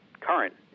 current